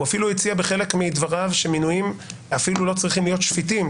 הוא אפילו הציע בחלק מדבריו שמינויים אפילו לא צריכים להיות שפיטים,